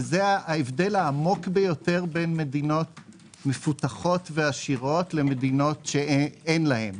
וזה ההבדל העמוק ביותר בין מדינות מפותחות ועשירות למדינות שאין להן,